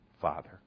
Father